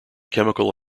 chemical